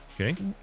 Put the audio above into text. okay